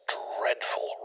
dreadful